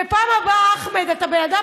למה לא הבאתם